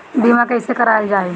बीमा कैसे कराएल जाइ?